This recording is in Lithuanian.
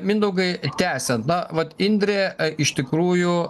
mindaugai tęsiant na vat indrė iš tikrųjų